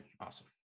awesome